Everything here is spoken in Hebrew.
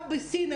גם בסין,